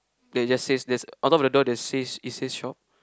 they just say there's on top of the door there's say it say shop